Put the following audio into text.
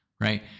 right